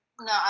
No